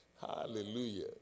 Hallelujah